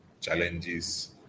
challenges